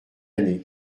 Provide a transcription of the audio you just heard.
année